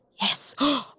Yes